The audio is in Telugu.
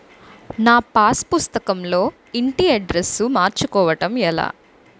నా పాస్ పుస్తకం లో ఇంటి అడ్రెస్స్ మార్చుకోవటం ఎలా?